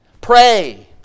Pray